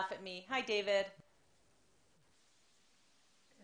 כדי שלא לתת להם קרדיט ושלא יהיו